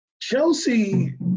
Chelsea